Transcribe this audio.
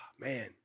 man